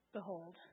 Behold